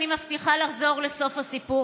אני מבטיחה לחזור לסוף הסיפור,